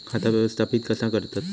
खाता व्यवस्थापित कसा करतत?